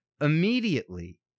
Immediately